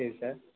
சரி சார்